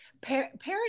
parents